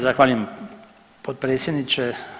Zahvaljujem potpredsjedniče.